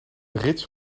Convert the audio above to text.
rits